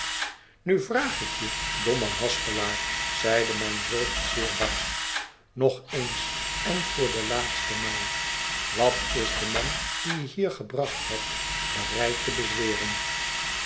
nu vraag ik je domme haspelaar zeide mijn voogd zeer barsch nog eens en voor de laatste maal wat is de man dien je hier gebracht hebt bereid te bezweren